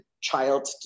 child